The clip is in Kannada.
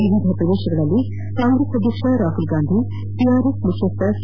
ವಿವಿಧ ಪ್ರದೇಶಗಳಲ್ಲಿ ಕಾಂಗ್ರೆಸ್ ಅಧ್ಯಕ್ಷ ರಾಹುಲ್ಗಾಂಧಿ ಟಿಆರ್ಎಸ್ ಮುಖ್ಜಸ್ವ ಕೆ